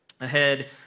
ahead